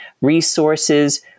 resources